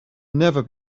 never